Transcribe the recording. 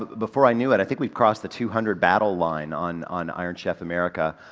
before i knew it i think we've crossed the two hundred battle line on, on iron chef america.